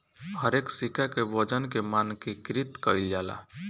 हरेक सिक्का के वजन के मानकीकृत कईल जाला